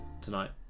tonight